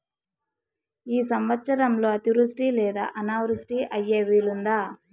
ఈ సంవత్సరంలో అతివృష్టి లేదా అనావృష్టి అయ్యే వీలుందా?